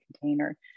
container